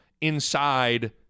inside